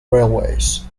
railways